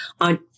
on